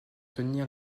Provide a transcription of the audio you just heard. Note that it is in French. tenir